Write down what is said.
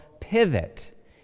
pivot